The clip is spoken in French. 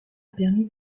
permis